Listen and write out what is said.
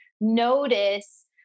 notice